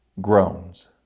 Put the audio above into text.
groans